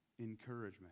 encouragement